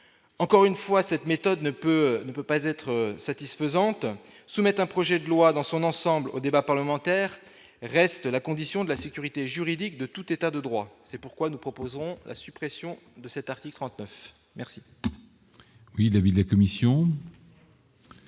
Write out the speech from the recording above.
encore une fois cette méthode ne peut, ne peut pas être satisfaisante soumettre un projet de loi dans son ensemble au débat parlementaire reste la condition de la sécurité juridique de tout État de droit, c'est pourquoi nous proposons la suppression de cet article 39 merci. Oui, l'avis des commissions.